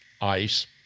ICE